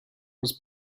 was